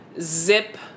zip